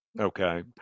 Okay